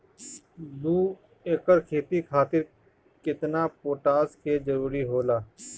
दु एकड़ खेती खातिर केतना पोटाश के जरूरी होला?